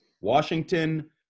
Washington